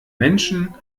menschen